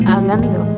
Hablando